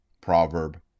proverb